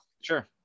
Sure